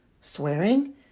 swearing